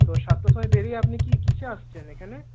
তো সাতটার সময় বেরিয়ে আপনি কী কীসে আসছেন এখানে